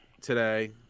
today